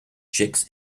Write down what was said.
chicks